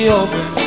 open